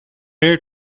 here